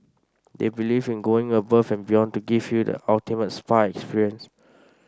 they believe in going above and beyond to give you the ultimate spa experience